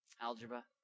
algebra